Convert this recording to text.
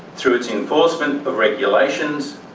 through its enforcement of regulations,